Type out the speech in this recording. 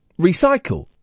recycle